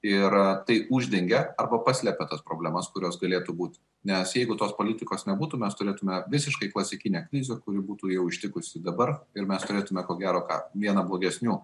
ir tai uždengia arba paslepia tas problemas kurios galėtų būti nes jeigu tos politikos nebūtų mes turėtume visiškai klasikinę krizę kuri būtų jau ištikusi dabar ir mes turėtume ko gero ką vieną blogesnių